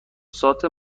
سات